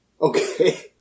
Okay